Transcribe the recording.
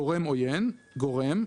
"'גורם עוין" - גורם,